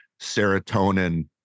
serotonin